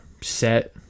set